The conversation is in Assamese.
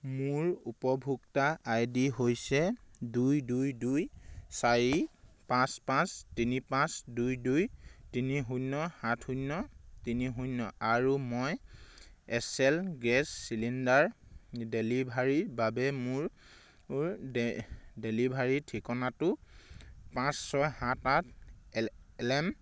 মোৰ উপভোক্তা আই ডি হৈছে দুই দুই দুই চাৰি পাঁচ পাঁচ তিনি পাঁচ দুই দুই তিনি শূন্য সাত শূন্য তিনি শূন্য আৰু মই এছ এল গেছ চিলিণ্ডাৰ ডেলিভাৰীৰ বাবে মোৰ ডেলিভাৰী ঠিকনাটো পাঁচ ছয় সাত আঠ এল্ম